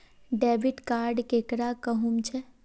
Debit card केकरा कहुम छे?